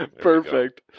Perfect